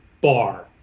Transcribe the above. bar